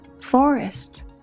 forest